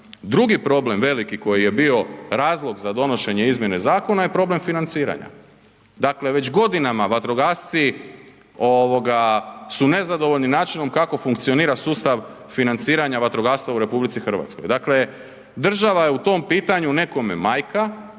Drugi problem veliki koji je bio razlog za donošenje izmjene zakona je problem financiranja, dakle već godinama vatrogasci ovoga su nezadovoljni načinom kako funkcionira sustav financiranja vatrogastva u RH. Dakle, država je u tom pitanje nekome majka,